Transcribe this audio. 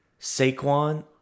Saquon